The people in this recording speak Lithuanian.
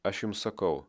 aš jums sakau